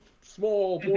small